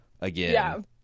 again